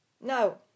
No